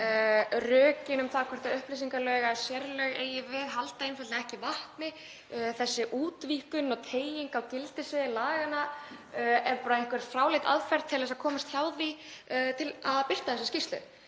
Rökin fyrir því hvort upplýsingalög eða sérlög eigi við halda einfaldlega ekki vatni. Þessi útvíkkun og teyging á gildissviði laganna er einhver fráleit aðferð til þess að komast hjá því að birta þessa skýrslu.